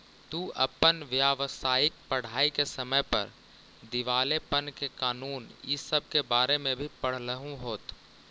तू अपन व्यावसायिक पढ़ाई के समय पर दिवालेपन के कानून इ सब के बारे में भी पढ़लहू होत